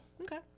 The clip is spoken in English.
okay